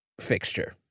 fixture